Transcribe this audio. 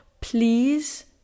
please